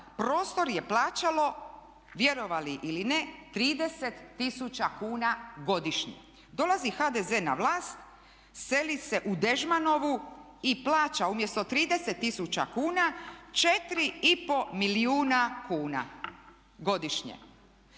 prostor je plaćalo vjerovali ili ne 30 tisuća kuna godišnje. Dolazi HDZ na vlast, seli se u Dežmanovu i plaća umjesto 30 tisuća kuna 4,5 milijuna kuna godišnje.